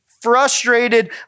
frustrated